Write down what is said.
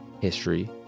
history